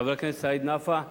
חבר הכנסת סעיד נפאע,